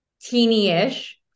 teeny-ish